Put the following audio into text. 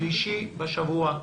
היום יום שלישי בשבוע,